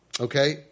Okay